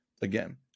again